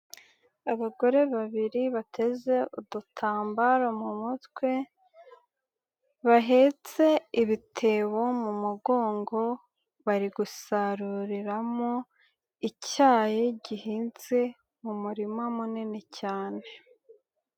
Abagore babiri bateze udutambaro mu mutwe, bahetse ibitebo mu mugongo, bari gusaruriramo, icyayi gihinze mu murima munini cyane.